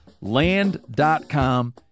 Land.com